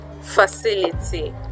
facility